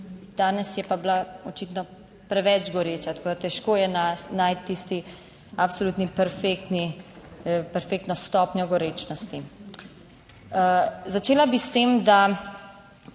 danes je pa bila očitno preveč goreča. Tako da težko je najti tisti absolutni, perfektni, perfektno stopnjo gorečnosti. Začela bi s tem, da